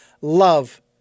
love